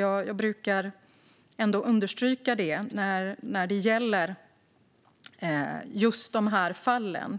Jag brukar understryka när det gäller de här fallen